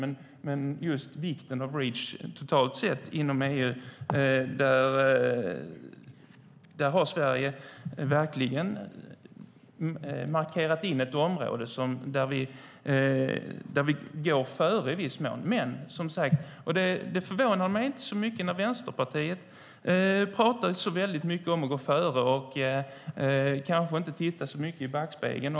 Men när det gäller vikten av Reach totalt sett inom EU har Sverige verkligen markerat in ett område där vi går före i viss mån. Det förvånar mig inte så mycket att Vänsterpartiet talar så mycket om att gå före och kanske inte tittar så mycket i backspegeln.